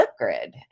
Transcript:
flipgrid